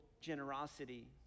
generosity